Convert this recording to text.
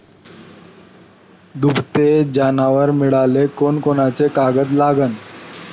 दुभते जनावरं मिळाले कोनकोनचे कागद लागन?